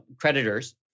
creditors